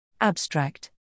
Abstract